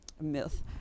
myth